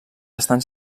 estan